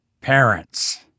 parents